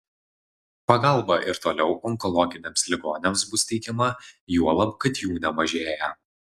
pagalba ir toliau onkologiniams ligoniams bus teikiama juolab kad jų nemažėja